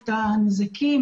את הנזקים,